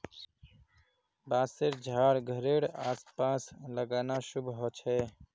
बांसशेर झाड़ घरेड आस पास लगाना शुभ ह छे